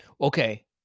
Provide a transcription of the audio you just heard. Okay